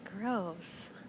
Gross